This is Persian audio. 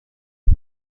بود